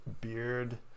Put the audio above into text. beard